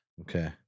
Okay